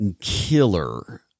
killer